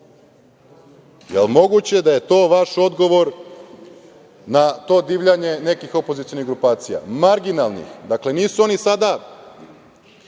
Jel moguće da je to vaš odgovor na to divljanje nekih opozicionih grupacija marginalnih? Dakle, nisu oni sada